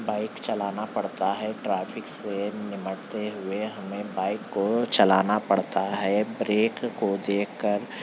bike چلانا پڑتا ہے ٹرافک سے نمٹتے ہوئے ہمیں بائک کو چلانا پڑتا ہے بریک کو دیکھ کر